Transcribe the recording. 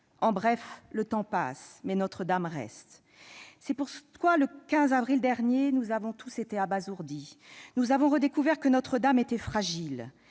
En bref, le temps passe, mais Notre-Dame reste. C'est pourquoi, le 15 avril dernier, nous avons tous été abasourdis : nous avons redécouvert que Notre-Dame était fragile.